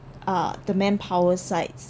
uh the manpower sides